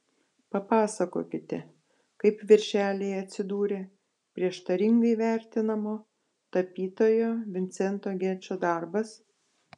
papasakokite kaip viršelyje atsidūrė prieštaringai vertinamo tapytojo vincento gečo darbas